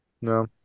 No